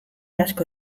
asko